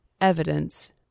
evidence